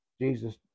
jesus